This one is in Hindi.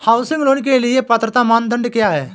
हाउसिंग लोंन के लिए पात्रता मानदंड क्या हैं?